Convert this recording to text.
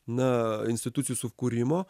na institucijų sukūrimo